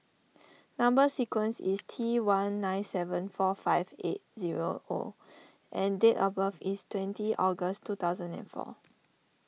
Number Sequence is T one nine seven four five eight zero O and date of birth is twenty August two thousand and four